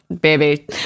baby